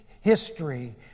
history